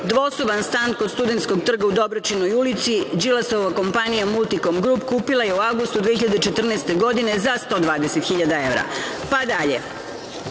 Dvosoban stan kod Studentskog trga u Dobračinoj ulici Đilasova kompanija „Multikom grup“ kupila je avgustu 2014. godine za 120.000 evra. Idemo dalje,